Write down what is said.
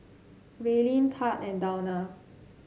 Raelynn Tad and Dawna